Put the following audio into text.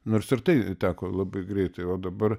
nors ir tai teko labai greitai o dabar